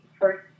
first